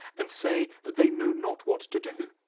and say that they know not what to do,